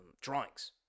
drawings